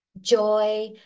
joy